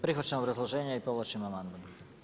Prihvaćam obrazloženje povlačim amandman.